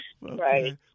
right